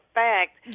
fact